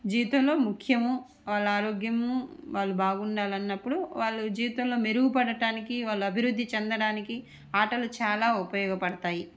జీవితంలో ముఖ్యము వాళ్ళ ఆరోగ్యము వాళ్ళు బాగుండాలి అన్నప్పుడు వాళ్ళ జీవితంలో మెరుగుపడటానికి వాళ్ళు అభివృద్ధి చెందడానికి ఆటలు చాలా ఉపయోగపడతాయి